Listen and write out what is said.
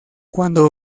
cuando